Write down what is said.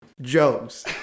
Jokes